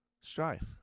Strife